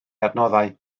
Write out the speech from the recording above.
adnoddau